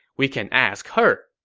we can ask her.